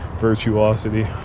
virtuosity